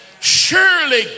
surely